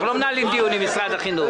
אנחנו לא מנהלים דיון עם משרד החינוך.